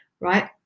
right